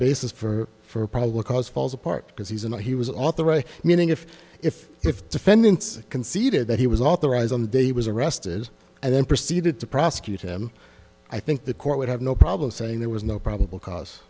basis for for probable cause falls apart because he's in what he was authorized meaning if if if defendant's conceded that he was authorized on the day he was arrested and then proceeded to prosecute him i think the court would have no problem saying there was no probable cause